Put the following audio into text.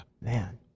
Man